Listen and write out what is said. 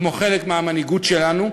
כמו חלק מהמנהיגות שלנו,